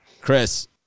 Chris